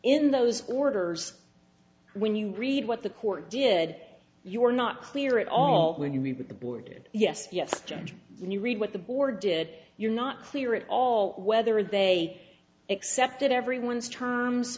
in those orders when you read what the court did you were not clear at all when you read the board yes yes you read what the board did you're not clear at all whether they accepted everyone's terms